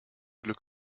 glück